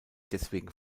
deswegen